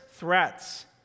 Threats